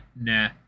nah